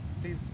please